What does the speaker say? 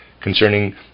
concerning